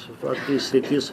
svarbi sritis